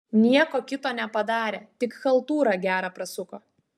nieko kito nepadarė tik chaltūrą gerą prasuko